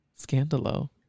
scandalo